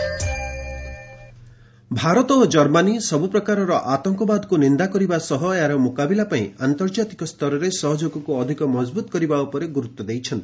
India Germany Bharat ଓ Germany ସବୁ ପ୍ରକାରର ଆତଙ୍କବାଦକୁ ନିନ୍ଦା କରିବା ସହ ଏହାର ମୁକାବିଲା ପାଇଁ ଆନ୍ତର୍ଜାତିକ ସ୍ତରରେ ସହଯୋଗକୁ ଅଧିକ ମଜବୁତ କରିବା ଉପରେ ଗୁରୁତ୍ୱ ଦେଇଛନ୍ତି